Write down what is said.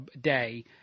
day